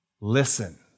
listen